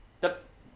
the